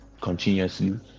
continuously